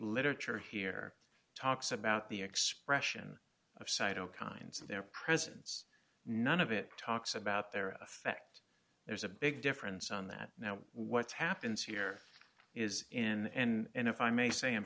literature here talks about the expression of cyto kinds of their presence none of it talks about their effect there's a big difference on that now what's happens here is in the end if i may say in